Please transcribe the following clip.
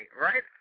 right